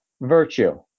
virtue